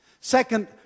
Second